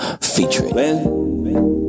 Featuring